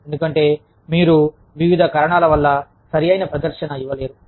ఎందుకంటే మీరు వివిధ కారణాల వల్ల సరి అయిన ప్రదర్శన ఇవ్వలేరు